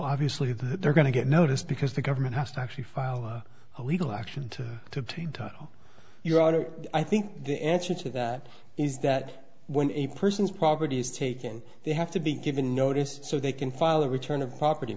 obviously they're going to get notice because the government has to actually file a legal action to obtain your order i think the answer to that is that when a person's property is taken they have to be given notice so they can file a return of property